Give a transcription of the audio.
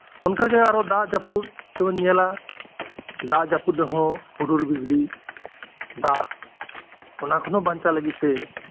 ᱚᱱᱠᱟᱜᱮ ᱟᱨᱚ ᱫᱟᱜ ᱡᱟᱯᱩᱫ ᱛᱮᱵᱚᱱ ᱧᱮᱞᱟ ᱫᱟᱜ ᱡᱟᱯᱩᱫ ᱨᱮᱦᱚᱸ ᱦᱩᱰᱩᱨ ᱵᱤᱡᱽᱞᱤ ᱫᱟᱜ ᱚᱱᱟ ᱠᱷᱚᱱ ᱦᱚᱸ ᱵᱟᱧᱪᱟᱜ ᱞᱟᱜᱤᱫ ᱛᱮ